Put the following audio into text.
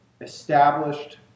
established